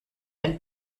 ein